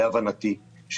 להבנתי,